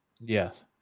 Yes